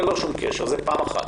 דבר שני,